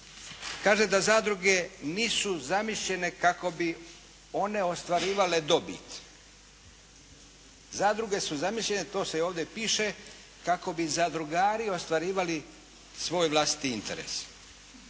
kaže da zadruge nisu zamišljene kako bi one ostvarivale dobit. Zadruge su zamišljene to sve i ovdje piše, kako bi zadrugari ostvarivali svoj vlastiti interes.